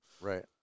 Right